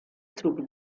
trug